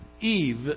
Eve